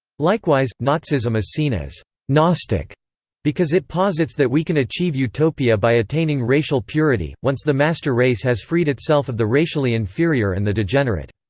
likewise, nazism is seen as gnostic because it posits that we can achieve utopia by attaining racial purity, once the master race has freed itself of the racially inferior and the degenerate.